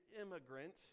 immigrant